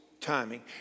timing